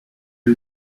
and